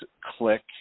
click